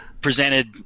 presented